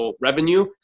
revenue